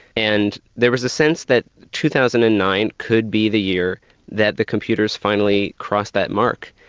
and there was a sense that two thousand and nine could be the year that the computers finally crossed that mark.